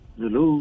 hello